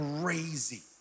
crazy